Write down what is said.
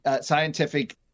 scientific